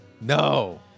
No